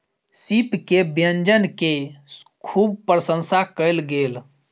सीप के व्यंजन के खूब प्रसंशा कयल गेल